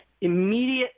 immediate